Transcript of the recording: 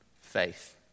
faith